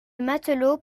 matelot